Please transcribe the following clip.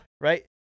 right